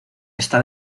está